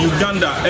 Uganda